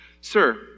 Sir